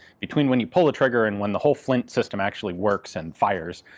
between when you pull the trigger and when the whole flint system actually works and fires,